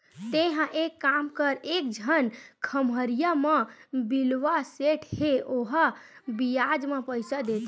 तेंहा एक काम कर एक झन खम्हरिया म बिलवा सेठ हे ओहा बियाज म पइसा देथे